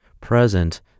present